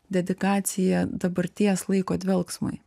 dedikacija dabarties laiko dvelksmui